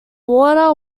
water